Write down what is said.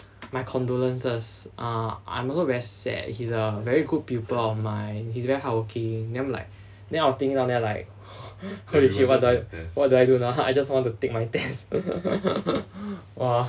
my condolences uh I'm also very sad he's a very good pupil of mine he's very hardworking then I'm like then I was thinking down there like holy shit what do I what do I do now I just want to take my test !wah!